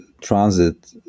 transit